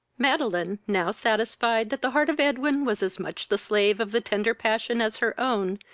madeline, now satisfied that the heart of edwin was as much the slave of the tender passion as her own,